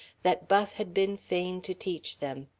that buff had been fain to teach them.